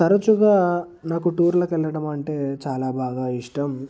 తరుచుగా నాకు టూర్లకు వెళ్ళడం అంటే చాలా బాగా ఇష్టం